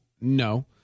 No